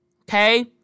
Okay